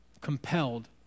compelled